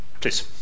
please